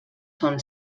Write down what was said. són